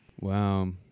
Wow